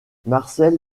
marcel